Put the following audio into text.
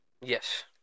Yes